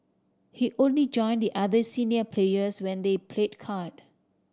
he only join the other senior players when they played card